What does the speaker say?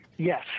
Yes